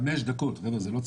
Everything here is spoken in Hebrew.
חמש דקות, חבר'ה, זה לא צחוק.